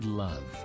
love